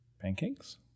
pancakes